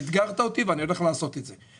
אתגרת אותי ואני הולך לעשות את זה,